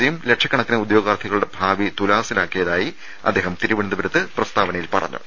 സിയും ലക്ഷക്കണക്കിന് ഉദ്യോഗാർഥികളുടെ ഭാവി തുലാസിലാക്കിയതായി അദ്ദേഹം തിരു വനന്തപുരത്ത് പറഞ്ഞു